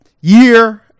year